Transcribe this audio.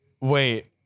Wait